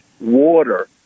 water